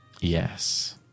Yes